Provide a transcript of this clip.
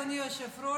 אדוני היושב-ראש,